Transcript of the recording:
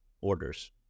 orders